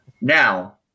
now